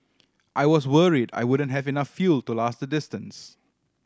I was worried I wouldn't have enough fuel to last the distance